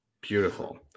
Beautiful